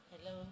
hello